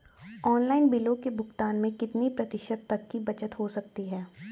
Online बिलों के भुगतान में कितने प्रतिशत तक की बचत हो सकती है?